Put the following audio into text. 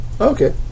Okay